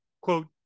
quote